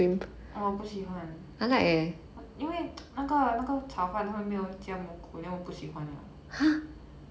oh 我不喜欢因为 那个那个炒饭它们没有加蘑菇 then 我不喜欢了